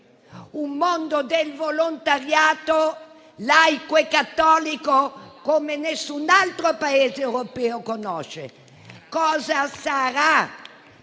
un mondo del volontariato, laico e cattolico, che nessun altro Paese europeo conosce. Cosa sarà